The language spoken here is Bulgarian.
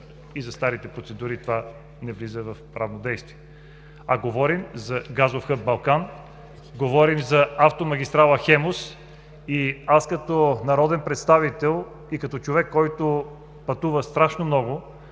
и за старите процедури това не влиза в правно действие, а говорим за газов хъб „Балкан”, говорим за автомагистрала „Хемус“. Аз като народен представител и като човек, който пътува страшно много,